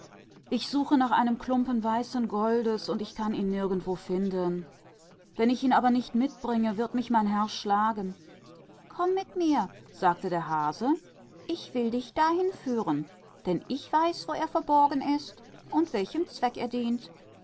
ich suche nach einem stück weißen goldes und kann es nirgends finden und wenn ich es meinem herrn nicht bringe wird er mich schlagen komm mit mir sagte der hase ich will dich zu ihm führen denn ich weiß wo es verborgen ist und zu welchem zweck